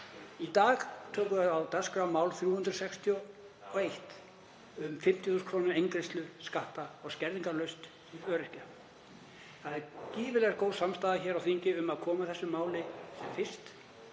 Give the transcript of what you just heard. Í dag tökum við á dagskrá mál 361 um 50.000 kr. eingreiðslu, skatta- og skerðingarlaust, fyrir öryrkja. Það er gífurlega góð samstaða hér á þingi um að koma þessu máli sem fyrst